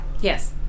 Yes